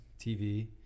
tv